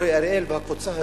של אורי אריאל והקבוצה הזאת.